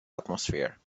atmosphere